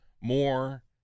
more